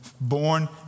born